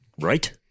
Right